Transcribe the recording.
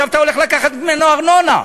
ועכשיו אתה הולך לקחת ממנו ארנונה.